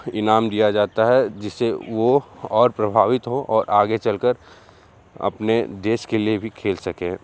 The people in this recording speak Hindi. इनाम दिया जाता है जिसे वह और प्रभावित हों और आगे चल कर अपने देश के लिए भी खेल सकें